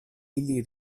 ili